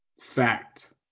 Fact